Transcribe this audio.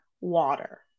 water